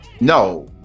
No